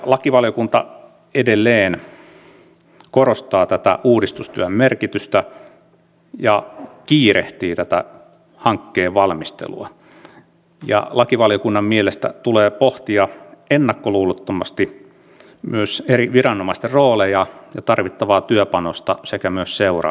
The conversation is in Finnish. lakivaliokunta edelleen korostaa tätä uudistustyön merkitystä ja kiirehtii tätä hankkeen valmistelua ja lakivaliokunnan mielestä tulee pohtia ennakkoluulottomasti myös eri viranomaisten rooleja ja tarvittavaa työpanosta sekä myös seuraamuksia